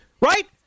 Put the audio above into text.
right